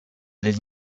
les